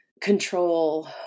control